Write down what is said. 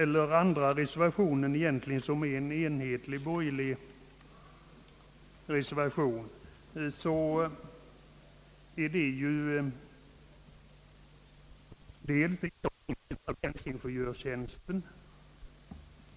Den andra reservationen, som är en gemensam borgerlig reservation, går bl.a. ut på indragning av länsingenjörstjänsten.